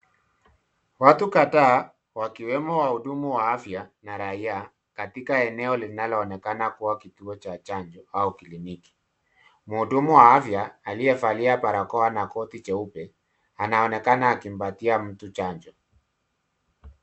Watu kadhaa wakiwemo wahudumu wa afya na rajaa katika eneo linaloonekana kuwa kituo cha chanzo au kliniki. Mhudumu wa afya aliyevalia barakoa na koti jeupe anaonekana akimpatia mtu chanjo.